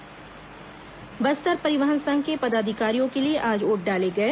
परिवहन संघ चुनाव बस्तर परिवहन संघ के पदाधिकारियों के लिए आज वोट डाले गए